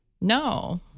No